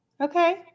Okay